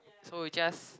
so you just